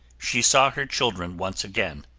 she saw her children once again.